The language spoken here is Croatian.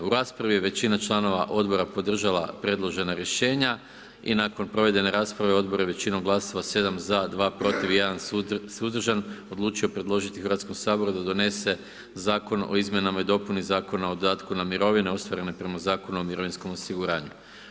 U raspravi je većina članova Odbora podržala predložena rješenja i nakon provedene rasprave, Odbor je većinom glasova, 7 ZA, 2 PROTIV i 1 SUZDRŽAN, odlučio predložiti Hrvatskom saboru da donese Zakon o izmjenama i dopuni Zakona o dodatku na mirovine ostvarene prema Zakonu o mirovinskom osiguranju.